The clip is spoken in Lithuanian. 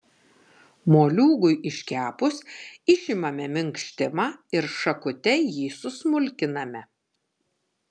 moliūgui iškepus išimame minkštimą ir šakute jį susmulkiname